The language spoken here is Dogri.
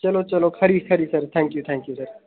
चलो चलो खरी खरी थैंक्यू थैंक्यू सर